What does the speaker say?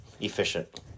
efficient